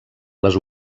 les